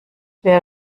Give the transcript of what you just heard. der